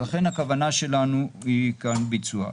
לכן הכוונה שלנו היא כאן ביצוע.